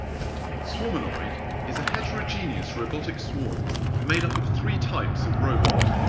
swarmanoid is a heterogenous robotic swarm made up of three types of robot.